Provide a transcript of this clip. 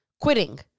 quitting